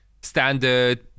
standard